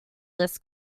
this